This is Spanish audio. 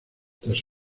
tras